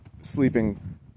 sleeping